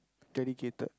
dedicated